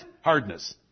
hardness